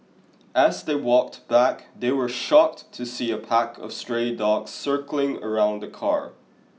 as they walked back they were shocked to see a pack of stray dogs circling around the car